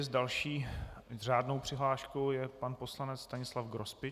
S další řádnou přihláškou je pan poslanec Stanislav Grospič.